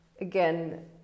again